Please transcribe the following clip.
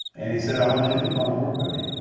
and he said i want you to come and work with me.